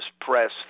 press